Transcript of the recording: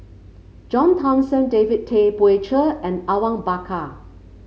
John Thomson David Tay Poey Cher and Awang Bakar